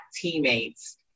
teammates